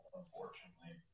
unfortunately